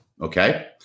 okay